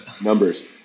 Numbers